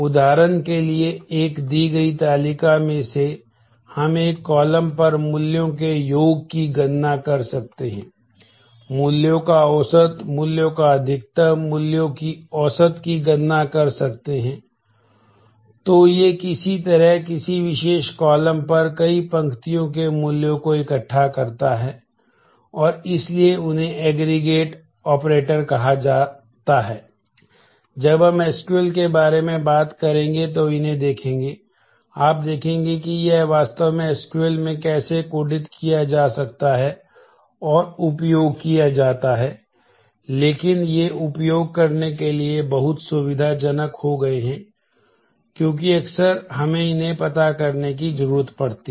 उदाहरण के लिए एक दी गई तालिका में से हम एक कॉलम किया जा सकता है और उपयोग किया जाता है लेकिन ये उपयोग करने के लिए बहुत सुविधाजनक हो गए हैं क्योंकि अक्सर हमें इन्हें पता करने की जरूरत पड़ती है